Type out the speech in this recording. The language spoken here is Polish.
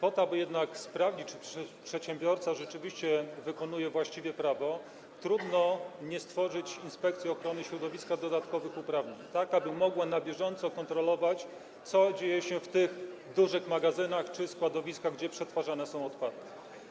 Po to jednak, aby sprawdzić, czy przedsiębiorca rzeczywiście właściwie wykonuje prawo, trudno nie stworzyć dla Inspekcji Ochrony Środowiska dodatkowych uprawnień, tak aby mogła na bieżąco kontrolować, co dzieje się w tych dużych magazynach czy składowiskach, gdzie przetwarzane są odpady.